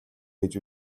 гэж